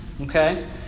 Okay